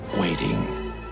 waiting